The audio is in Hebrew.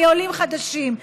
מעולים חדשים,